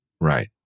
Right